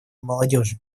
молодежи